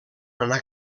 anar